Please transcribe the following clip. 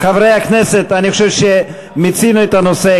חברי הכנסת, אני חושב שמיצינו את הנושא.